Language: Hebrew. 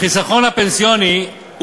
(תיקון מס' 12). החיסכון הפנסיוני הוא